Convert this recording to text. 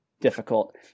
difficult